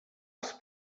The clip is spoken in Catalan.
els